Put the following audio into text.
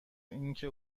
اینکه